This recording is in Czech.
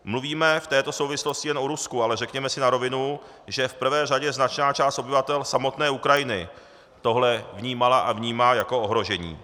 Mluvíme v této souvislosti jen o Rusku, ale řekněme si na rovinu, že v prvé řadě značná část obyvatel samotné Ukrajiny tohle vnímala a vnímá jako ohrožení.